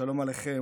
שלום עליכם,